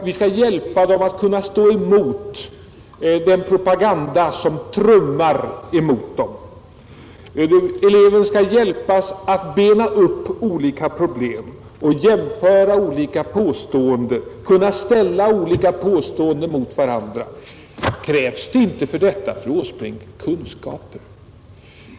Vi skall hjälpa dem att stå emot den propaganda som trummar emot dem. Eleven skall hjälpas att bena upp olika problem och kunna ställa olika påståenden mot varandra. Krävs det inte för detta, fru Åsbrink, kunskaper?